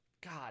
God